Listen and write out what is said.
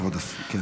כבוד השר, כן.